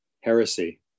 heresy